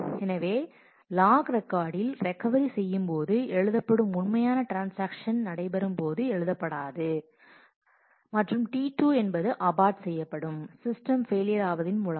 எனவே இது லாக் ரெக்கார்டில் ரெக்கவரி செய்யும் போது எழுதப்படும் உண்மையான ட்ரான்ஸாக்ஷன் நடைபெறும் போது எழுதப்படாது மற்றும் T2 என்பது அபார்ட் செய்யப்படும் சிஸ்டம் பெயிலியர் ஆவதின் மூலமாக